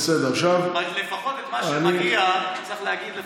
לפחות את מה שמגיע צריך להגיד.